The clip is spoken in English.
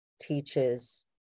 teaches